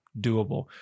doable